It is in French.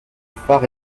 phare